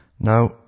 Now